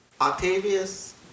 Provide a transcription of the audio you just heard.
Octavius